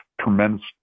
tremendous